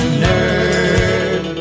nerd